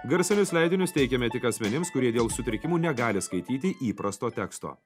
garsinius leidinius teikiame tik asmenims kurie dėl sutrikimų negali skaityti įprasto teksto